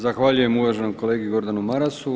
Zahvaljujem uvaženom kolegi Gordanu Marasu.